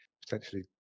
potentially